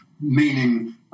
meaning